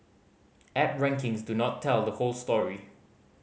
app rankings do not tell the whole story